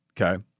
Okay